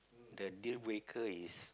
the deal breaker is